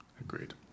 Agreed